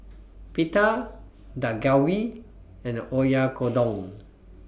Pita Dak Galbi and Oyakodon